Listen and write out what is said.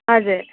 हजुर